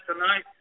tonight